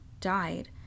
died